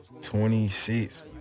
26